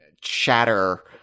chatter